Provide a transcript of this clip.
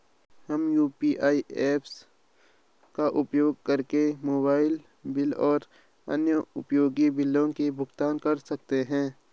हम UPI apps का उपयोग करके मोबाइल बिल और अन्य उपयोगी बिलों का भुगतान कर सकते हैं